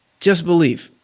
just believe.